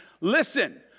listen